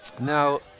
now